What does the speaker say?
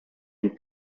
une